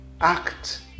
act